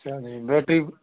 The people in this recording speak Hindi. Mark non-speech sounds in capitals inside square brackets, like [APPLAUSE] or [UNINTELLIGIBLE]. [UNINTELLIGIBLE]